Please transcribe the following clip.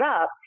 up